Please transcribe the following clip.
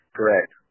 Correct